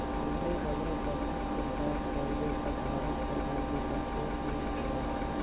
सबले बगरा पसु कर बात करबे ता भारत कर मध्यपरदेस में पवाथें